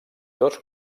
dos